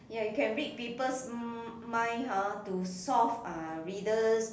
ya you can read people's mind hor to solve uh riddles